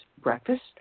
breakfast